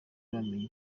bamenya